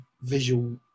visual